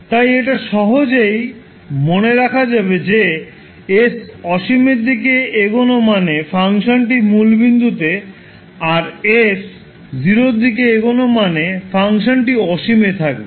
তাই এটা সহজেই মনে রাখা যাবে যে 𝑠 অসীমের দিকে এগোনো মানে ফাংশানটি মূলবিন্দুতে আর 𝑠 0 এর দিকে এগোনো মানে ফাংশানটি অসীমে থাকবে